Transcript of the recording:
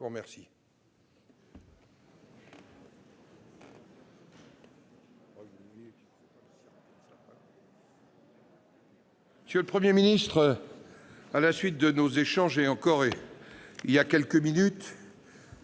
je vous remercie